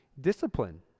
discipline